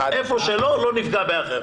איפה שלא, לא נפגע באחר.